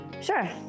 Sure